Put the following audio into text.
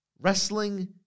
wrestling